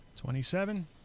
Twenty-seven